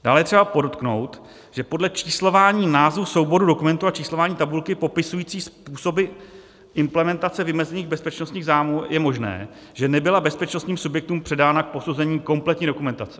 Dále je třeba podotknout, že podle číslování názvu souboru dokumentů a číslování tabulky popisující způsoby implementace vymezených bezpečnostních zájmů je možné, že nebyla bezpečnostním subjektům předána k posouzení kompletní dokumentace.